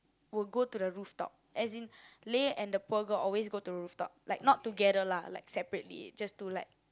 will go to the rooftop as in Lei and the poor girl always go to the rooftop like not together lah like separately just to like